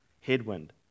headwind